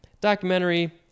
documentary